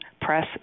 press